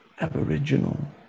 aboriginal